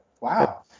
Wow